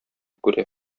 күрә